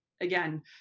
again